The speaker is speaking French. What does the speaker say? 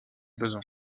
besoin